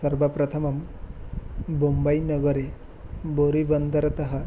सर्व प्रथमं बोम्बैनगरे बोरिबन्दरतः